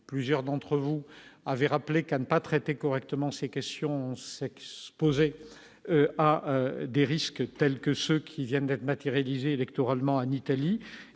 plusieurs d'entre vous avez rappelé qu'à ne pas traiter correctement ces questions ce qui se posait à des risques tels que ceux qui viennent d'être matérialisés électoralement en Italie